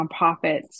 nonprofits